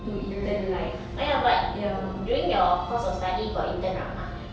mm mm oh ya but during your course of study got intern or not ah